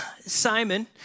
Simon